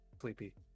sleepy